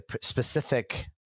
specific